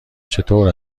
چطور